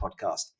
podcast